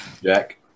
Jack